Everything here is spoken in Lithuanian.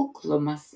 kuklumas